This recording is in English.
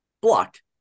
blocked